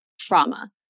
trauma